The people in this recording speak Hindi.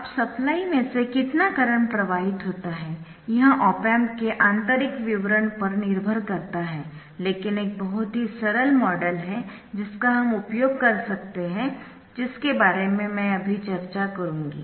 अब सप्लाई में से कितना करंट प्रवाहित होता है यह ऑप एम्प के आंतरिक विवरण पर निर्भर करता है लेकिन एक बहुत ही सरल मॉडल है जिसका हम उपयोग कर सकते है जिसके बारे में मैं अभी चर्चा करूंगी